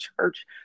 church